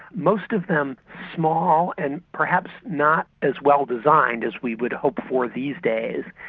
most of them small and perhaps not as well designed as we would hope for these days.